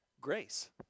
grace